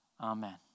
amen